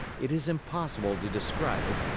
it is impossible to describe it,